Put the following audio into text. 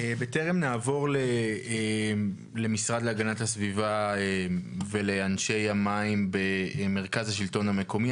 בטרם נעבור למשרד להגנת הסביבה ולאנשי המים במרכז השלטון המקומי,